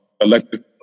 elected